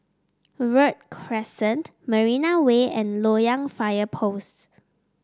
Verde Crescent Marina Way and Loyang Fire Post